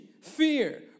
fear